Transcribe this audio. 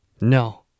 No